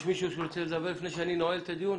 יש מישהו שרוצה לדבר לפני שאני נועל את הדיון?